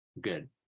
good